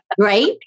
Right